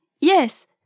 Yes